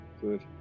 good